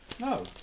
No